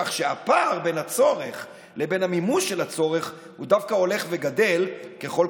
כך שהפער בין הצורך לבין המימוש של הצורך דווקא הולך וגדל ככל,